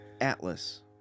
Atlas